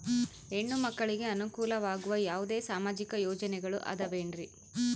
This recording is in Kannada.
ಹೆಣ್ಣು ಮಕ್ಕಳಿಗೆ ಅನುಕೂಲವಾಗುವ ಯಾವುದೇ ಸಾಮಾಜಿಕ ಯೋಜನೆಗಳು ಅದವೇನ್ರಿ?